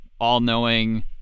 all-knowing